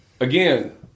again